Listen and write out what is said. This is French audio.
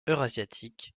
eurasiatique